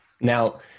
Now